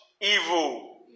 evil